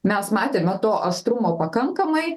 mes matėme to aštrumo pakankamai